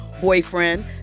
boyfriend